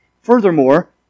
Furthermore